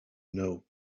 know